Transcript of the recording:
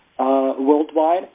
worldwide